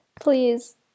Please